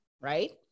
right